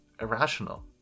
irrational